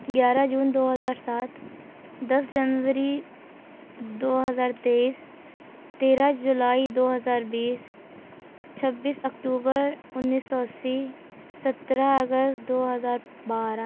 گیارہ جون دو ہزار سات دس جنوری دو ہزار تیئس تیرہ جولائی دو ہزار بیس چھبیس اکتوبر انیس سو اسی سترہ اگست دو ہزار بارہ